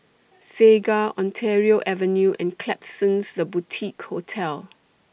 Segar Ontario Avenue and Klapsons The Boutique Hotel